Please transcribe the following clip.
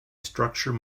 structure